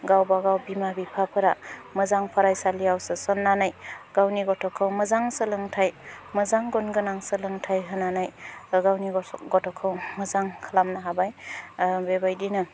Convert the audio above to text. गावबा गाव बिमा बिफाफोरा मोजां फरायसालियाव सोसननानै गावनि गथ'खौ मोजां सोलोंथाय मोजां गुनगोनां सोलोंथाय होनानै गावनि गथ'खौ मोजां खालामनो हाबाय बेबायदिनो